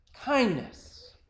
Kindness